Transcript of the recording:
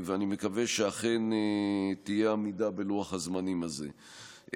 אני מקווה שאכן תהיה עמידה בלוח הזמנים הזה.